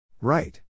Right